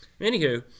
Anywho